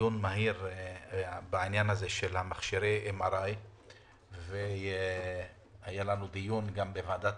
דיון מהיר בעניין מכשירי MRI. היה לנו דיון גם בוועדת